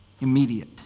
immediate